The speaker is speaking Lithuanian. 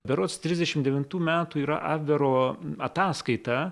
berods trisdešimt devintų metų yra abvero ataskaita